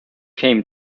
came